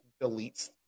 deletes